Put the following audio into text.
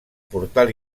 portal